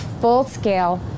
full-scale